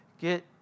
get